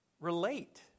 relate